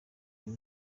uyu